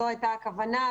זו הייתה הכוונה.